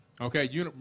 Okay